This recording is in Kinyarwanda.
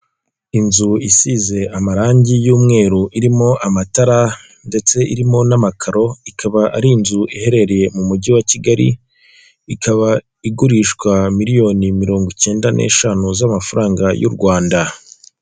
Inzu isize amarangi y'umweru irimo amatara ndetse irimo n'amakaro, ikaba ari inzu iherereye mu mujyi wa Kigali, ikaba igurishwa miliyoni mirongo icyenda n'eshanu z'amafaranga y'u Rwanda.